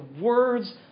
words